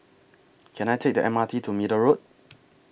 Can I Take The M R T to Middle Road